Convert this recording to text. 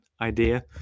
idea